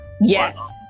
Yes